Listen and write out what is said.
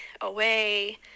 away